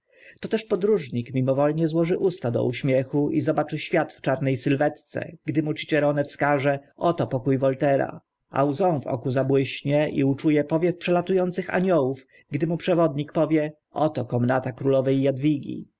życiem toteż podróżnik mimowolnie złoży usta do uśmiechu i zobaczy świat w czarne sylwetce gdy mu cicerone wskaże oto pokó voltairea a łza w oku zabłyśnie i uczu e powiew przelatu ących aniołów gdy mu przewodnik powie oto komnata królowe jadwigi